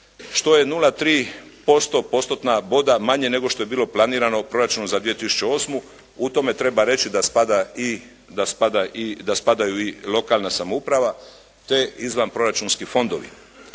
što je 0,3% postotna boda manje nego što je bilo planirano proračunom za 2008. u tome reći da spadaju i lokalna samouprava, te izvanproračunski fondovi.